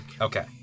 Okay